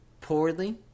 poorly